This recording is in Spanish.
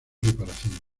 reparación